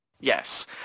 Yes